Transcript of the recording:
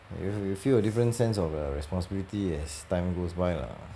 you you feel a different sense of err responsibility as times goes by lah